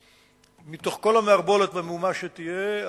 בתוך כל המערבולת והמהומה שתהיה,